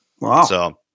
wow